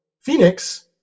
Phoenix